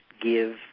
give